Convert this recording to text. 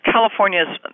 California's